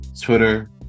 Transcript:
Twitter